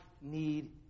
need